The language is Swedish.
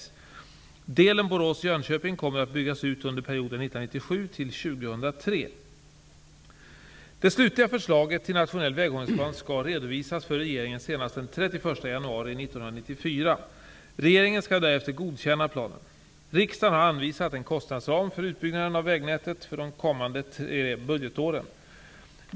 Delen Borås--Jönköping kommer att byggas ut under perioden 1997--2003. Det slutliga förslaget till nationell väghållningsplan skall redovisas för regeringen senast den 31 januari 1994. Regeringen skall därefter godkänna planen. Riksdagen har anvisat en kostnadsram för utbyggnaden av vägnätet för de kommande tre budgetåren.